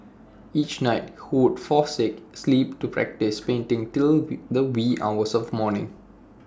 each night he would forsake sleep to practise painting till the wee hours of the morning